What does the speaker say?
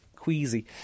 queasy